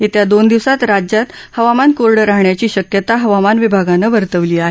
येत्या दोन दिवसात राज्यात हवामान कोरडं राहण्याची शक्यता हवामान विभागानं वर्तवली आहे